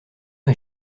est